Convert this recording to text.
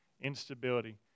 instability